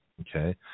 Okay